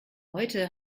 heute